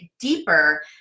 deeper